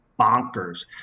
bonkers